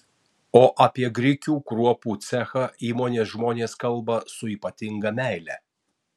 o apie grikių kruopų cechą įmonės žmonės kalba su ypatinga meile